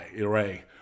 Array